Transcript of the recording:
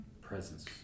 presence